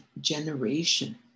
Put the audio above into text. generation